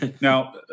now